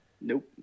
Nope